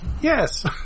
Yes